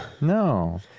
No